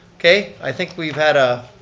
okay, i think we've had a